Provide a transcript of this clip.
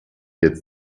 jetzt